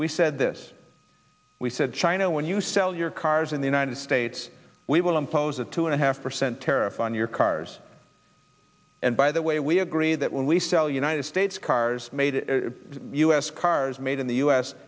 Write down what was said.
we said this we said china when you sell your cars in the united states we will impose a two and a half percent tariff on your cars and by the way we agree that when we sell united states cars made us cars made in the u